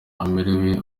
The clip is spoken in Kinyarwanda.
amerewe